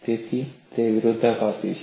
તેથી તે વિરોધાભાસ છે